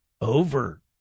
over